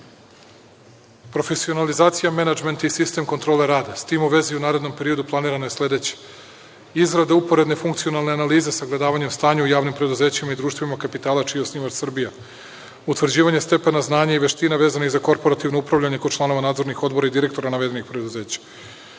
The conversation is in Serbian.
profesionalizacija menadžmenta i sistem kontrole rada.S tim u vezi, u narednom periodu planirano je sledeće: izrada uporedne funkcionalne analize sagledavanjem stanja u javnim preduzećima i društvima kapitala čiji je osnivač Srbija, utvrđivanje stepena znanja i veština vezanih za korporativno upravljanje kod članova nadzornih odbora i direktora navedenih preduzeća,